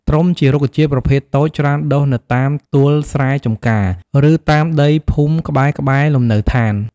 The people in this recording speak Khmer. ត្រុំជារុក្ខជាតិប្រភេទតូច ច្រើនដុះនៅតាមទួលស្រែចម្ការ ឬ តាមដីភូមិក្បែរៗ លំនៅស្ថាន។